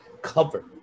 cover